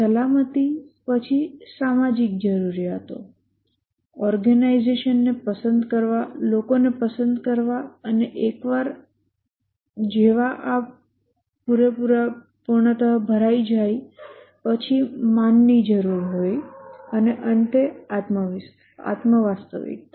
સલામતી પછી સામાજિક જરૂરિયાતો ઓર્ગેનાઈઝેશન ને પસંદ કરવા લોકોને પસંદ કરવા અને એકવાર આ પૂર્ણત જેવા ભરાઈ જાય પછી માનની જરૂર હોય અને અંતે આત્મ વાસ્તવિકતા